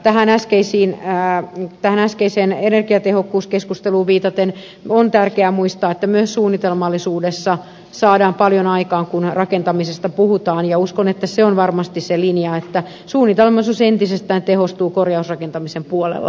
tähän äskeiseen energiatehokkuuskeskusteluun viitaten on tärkeä muistaa että myös suunnitelmallisuudessa saadaan paljon aikaan kun rakentamisesta puhutaan ja uskon että linja on varmasti se että suunnitelmallisuus entisestään tehostuu korjausrakentamisen puolella